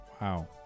Wow